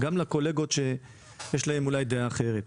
וגם לקולגות שיש להם אולי דעה אחרת.